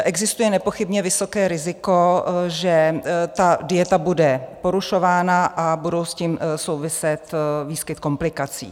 Existuje nepochybně vysoké riziko, že dieta bude porušována a bude s tím souviset výskyt komplikací.